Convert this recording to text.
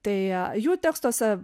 tai jų tekstuose